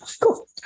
cool